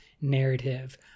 narrative